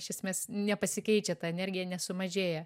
iš esmės nepasikeičia ta energija nesumažėja